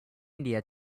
india